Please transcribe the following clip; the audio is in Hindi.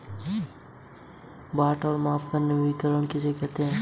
बाट और माप का मानकीकरण किसने किया?